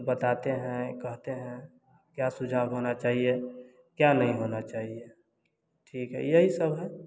तो बताते हैं कहते हैं क्या सुझाव होना चाहिए क्या नहीं होना चाहिए ठीक है यही सब है